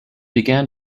began